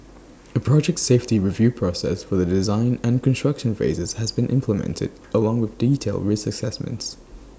A project safety review process for the design and construction phases has been implemented along with detailed risk assessments